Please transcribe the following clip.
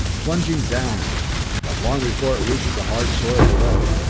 plunging downward but long before it reached the hard soil below,